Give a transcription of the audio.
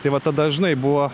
tai vat tada žinai buvo